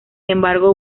embargo